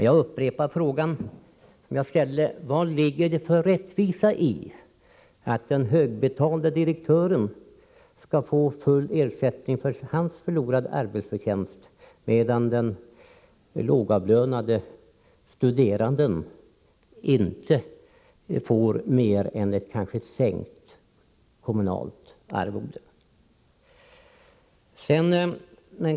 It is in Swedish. Jag upprepar den fråga jag ställde: Vad ligger det för rättvisa i att den högbetalde direktören får full ersättning för sin förlorade arbetsförtjänst, medan den lågavlönade studeranden inte får mer än kanske ett sänkt kommunalt arvode?